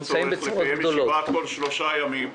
יכול להיות שיש צורך לקיים פה ישיבה בכל שלושה ימים,